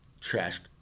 Trash